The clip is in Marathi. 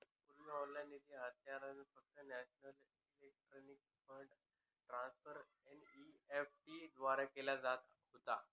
पूर्वी ऑनलाइन निधी हस्तांतरण फक्त national electronic fund transfer NEFT द्वारे केले जात होते